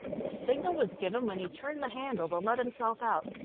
the signal was given when he turned the handle to let himself out.